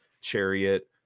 chariot